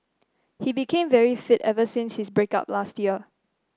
he became very fit ever since his break up last year